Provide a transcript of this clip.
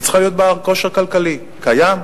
היא צריכה להיות בעל כושר כלכלי, קיים?